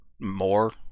more